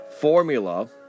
formula